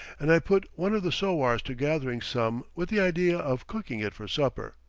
and i put one of the sowars to gathering some with the idea of cooking it for supper.